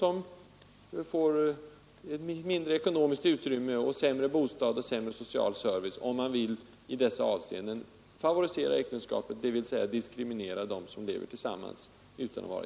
Även barnen får ju mindre ekonomiskt utrymme, sämre bostad Fredagen den och sämre social service, om man i dessa avseenden vill favorisera 8 december 1972 äktenskapet, dvs. diskriminera dem som lever tillsammans utan att vara